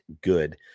good